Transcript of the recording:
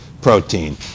protein